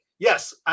Yes